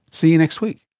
see you next week